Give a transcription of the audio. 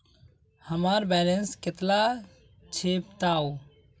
हमार बैलेंस कतला छेबताउ?